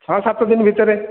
ଛଅ ସାତ ଦିନ ଭିତରେ